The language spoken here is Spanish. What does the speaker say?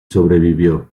sobrevivió